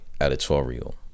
editorial